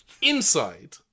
inside